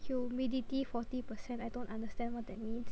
humidity forty percent I don't understand what that means